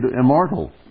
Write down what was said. immortal